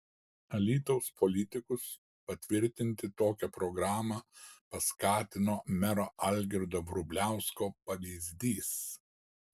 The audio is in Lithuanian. alytaus politikus patvirtinti tokią programą paskatino mero algirdo vrubliausko pavyzdys